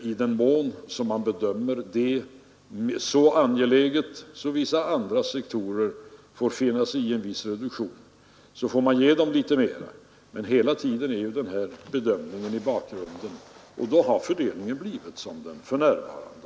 I den mån som man bedömer det som så angeläget att vissa andra sektorer måste finna sig i en viss reduktion, får man ge dem litet mera som herr Åsling ömmar för. Men med den bedömning vi har haft att göra hittills har fördelningen blivit som den är för närvarande.